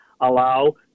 allow